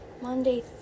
Monday